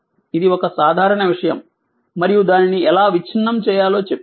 ఇది ఒక సాధారణ విషయం మరియు దానిని ఎలా విచ్ఛిన్నం చేయాలో చెప్పాను